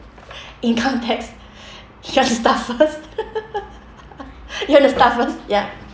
income tax you want to start first you want to start first ya